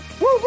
Woo